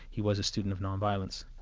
he was a student of non-violence.